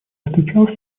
встречался